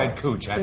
and cooch. and